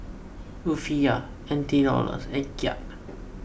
Rufiyaa N T Dollars and Kyat